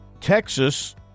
Texas